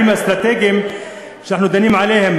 העניינים האסטרטגיים שאנחנו מדברים עליהם,